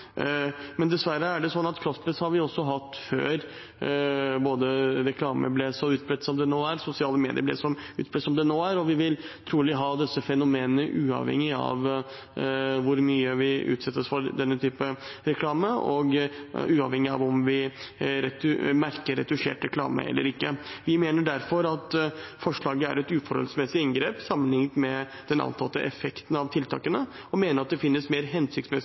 men dessverre er det sånn at kroppspress har vi også hatt før, både før reklame ble så utbredt som det nå er og før sosiale medier ble så utbredt som det nå er, og vi vil trolig ha disse fenomenene uavhengig av hvor mye vi utsetter oss for denne typen reklame, og uavhengig av om vi merker retusjert reklame eller ikke. Vi mener derfor at forslaget er et uforholdsmessig inngrep sammenlignet med den antatte effekten av tiltakene. Vi mener at det finnes mer